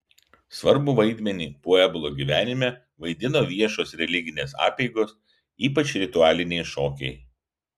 svarbų vaidmenį pueblo gyvenime vaidino viešos religinės apeigos ypač ritualiniai šokiai